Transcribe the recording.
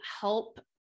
help